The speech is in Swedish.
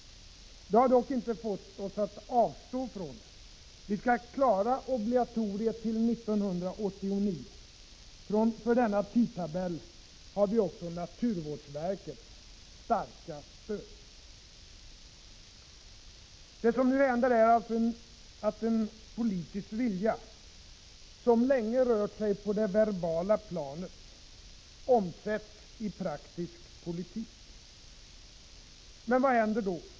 Det har dock inte fått oss att avstå från den. Vi skall klara obligatoriet till 1989. För denna tidtabell har vi också naturvårdsverkets starka stöd. Det som nu händer är alltså att en politisk vilja som länge rört sig på det verbala planet omsätts i praktisk politik. Men vad händer då?